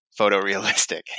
photorealistic